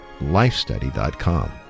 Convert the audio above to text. lifestudy.com